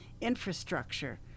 infrastructure